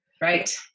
Right